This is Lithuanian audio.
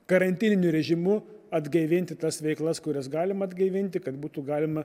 karantininiu režimu atgaivinti tas veiklas kurias galima atgaivinti kad būtų galima